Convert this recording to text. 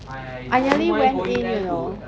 I nearly went in you know